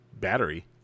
battery